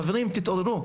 חברים, תתעוררו.